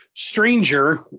stranger